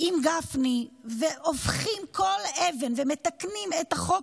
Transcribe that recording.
עם גפני והופכים כל אבן ומתקנים את החוק